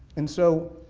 and so,